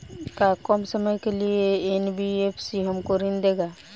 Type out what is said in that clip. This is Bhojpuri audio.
का कम समय के लिए एन.बी.एफ.सी हमको ऋण देगा?